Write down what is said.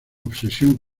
obsesión